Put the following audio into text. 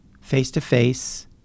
face-to-face